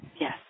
yes